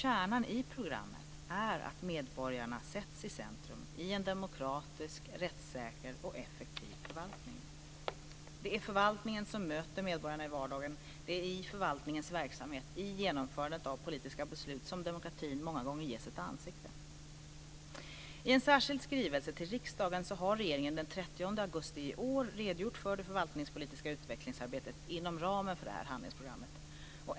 Kärnan i programmet är att medborgarna sätts i centrum i en demokratisk, rättssäker och effektiv förvaltning. Det är förvaltningen som möter medborgarna i vardagen. Det är i förvaltningens verksamhet, i genomförandet av politiska beslut som demokratin många gånger ges ett ansikte. I en särskild skrivelse till riksdagen har regeringen den 30 augusti i år redogjort för det förvaltningspolitiska utvecklingsarbetet inom ramen för detta handlingsprogram.